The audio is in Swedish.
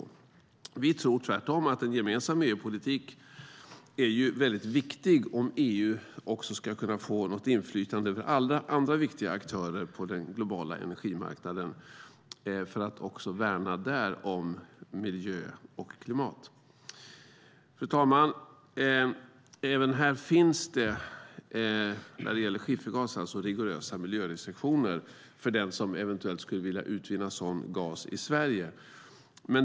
Vi tror, tvärtom, att en gemensam EU-politik är viktig om EU också ska få något inflytande över alla andra viktiga aktörer på den globala energimarknaden för att också där värna om miljö och klimat. Fru talman! Även när det gäller skiffergas finns rigorösa miljörestriktioner för den som eventuellt vill utvinna sådan gas i Sverige.